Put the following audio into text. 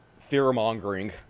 fear-mongering